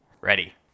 Ready